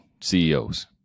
CEOs